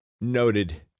noted